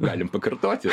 galim pakartoti